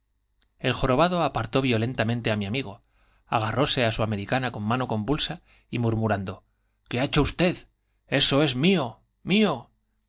el jorobado apartó violentamente á mi amigo agarróse á su americana con mano convuls y mur murando j qué ha hecho usted j eso es mío j mío